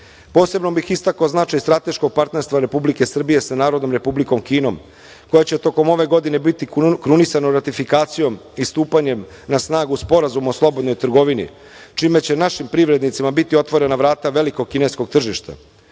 bih istakao značaj strateškog partnerstva Republike Srbije sa Narodnom Republikom Kinom, koja će tokom ove godine biti krunisana ratifikacijom i stupanjem na snagu Sporazuma o slobodnoj trgovini, čime će našim privrednicima biti otvorena vrata velikog kineskog tržišta.